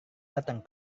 datang